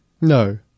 No